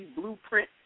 Blueprint